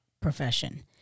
profession